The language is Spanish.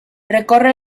recorre